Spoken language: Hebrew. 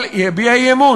אתה מאמין למה שאתה אומר?